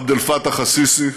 עבד אל-פתאח א-סיסי,